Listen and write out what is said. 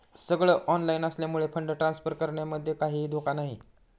सगळ ऑनलाइन असल्यामुळे fund transfer करण्यामध्ये काहीही धोका नाही